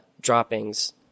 droppings